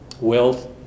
wealth